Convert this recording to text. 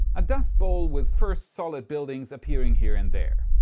a dust bowl with first solid buildings appearing here and there.